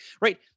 right